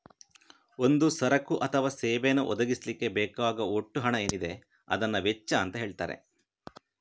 ಒಂದು ಸರಕು ಅಥವಾ ಸೇವೆಯನ್ನ ಒದಗಿಸ್ಲಿಕ್ಕೆ ಬೇಕಾಗುವ ಒಟ್ಟು ಹಣ ಏನಿದೆ ಅದನ್ನ ವೆಚ್ಚ ಅಂತ ಹೇಳ್ತಾರೆ